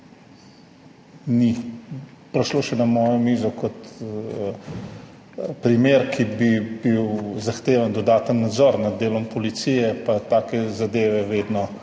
ni prišlo na mojo mizo kot primer, kjer bi bil zahtevan dodaten nadzor nad delom policije, pa take zadeve vedno na